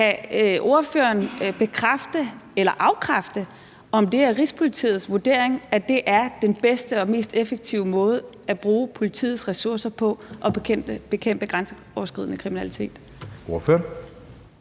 bekræfte eller afkræfte, at det er Rigspolitiets vurdering, at det er den bedste og mest effektive måde at bruge politiets ressourcer på i forhold til at bekæmpe grænseoverskridende kriminalitet?